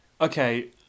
Okay